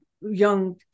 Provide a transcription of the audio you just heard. young